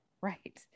Right